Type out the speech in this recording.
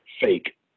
fake